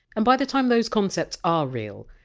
and by the time those concepts are real,